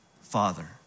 Father